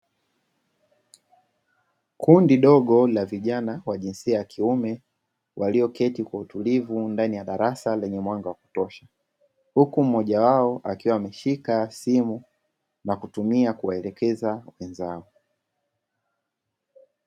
Kundi dogo la vijana wa jinsia ya kiume, walioketi kwa utulivu ndani ya darasa lenye mwanga wa kutosha, huku mmoja wao akiwa ameshika simu na kutumia kuwaelekeza wenzao.